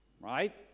right